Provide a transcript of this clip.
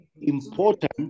important